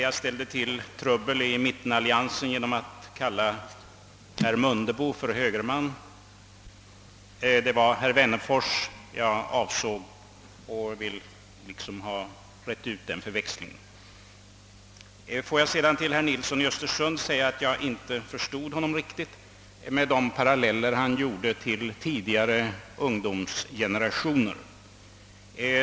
Jag ställde till trubbel i mittenalliansen genom att kalla herr Mundebo för högerman; det var herr Wennerfors jag avsåg. Därmed har jag rett ut den förväxlingen. Låt mig sedan till herr Nilsson i Östersund säga att jag inte riktigt förstod de jämförelser han gjorde med tidigare ungdomsgenerationer.